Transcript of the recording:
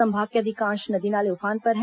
संभाग के अधिकांश नदी नाले उफान पर है